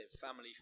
family